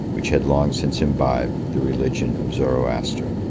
which had long since imbibed the religion of zoroaster.